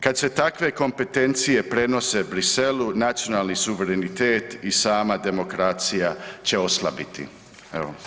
Kad se takve kompetencije prenose Bruxellesu nacionalni suverenitet i sama demokracija će oslabiti.